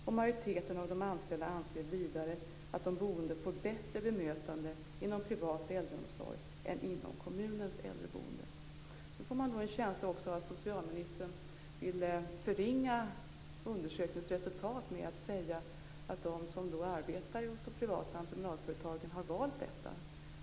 Och majoriteten av de anställda anser vidare att de boende får ett bättre bemötande inom privat äldreomsorg än inom kommunens äldreboende. Nu får man en känsla av att socialministern vill förringa undersökningens resultat genom att säga att de som arbetar hos de privata entreprenadföretagen har valt detta.